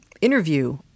interview